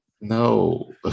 No